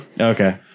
okay